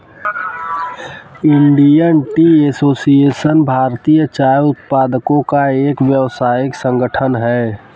Indian Tea Association भारतीय चाय उत्पादकों का एक व्यावसायिक संगठन है